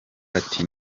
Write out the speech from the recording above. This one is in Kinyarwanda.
ati